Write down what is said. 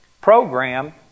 program